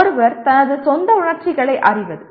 ஒருவர் தனது சொந்த உணர்ச்சிகளை அறிவது